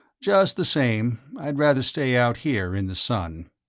just the same, i'd rather stay out here in the sun.